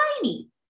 tiny